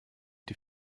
die